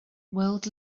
world